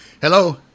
Hello